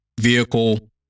vehicle